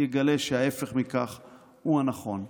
יגלה שההפך מכך הוא הנכון.